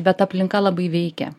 bet aplinka labai veikia